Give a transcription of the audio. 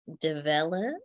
develop